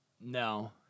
No